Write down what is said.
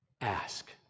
ask